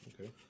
Okay